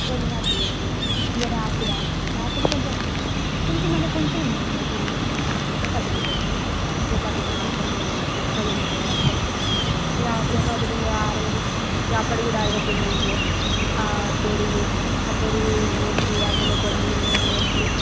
ఎక్కువ తినవద్దు ఎప్పుడు కానీ ఇక రాత్రా రాత్రి కొంచెం కొంచెం అంటే కొంచమే తినాలి ఎట్లా అంటే చపాతీలు ఉంటాయి కదా ఆ చపాతీలు మాత్రమే తినాలి ఎక్కువ తినకూడదు అసలుకే ఇక ఆ చపాతీలు ఇక అరగడానికి ఇక అప్పుడు కూడా అరగకపోయిందనుకో ఆ పెరుగు ఆ పెరుగు పోసి అందులో కొన్ని నీళ్ళు పోసి